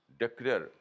declare